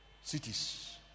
cities